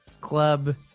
Club